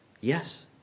Yes